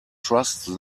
trust